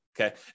okay